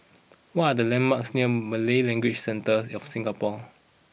what are the landmarks near Malay Language Centre of Singapore